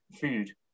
food